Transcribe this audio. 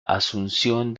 asunción